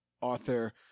author